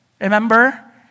Remember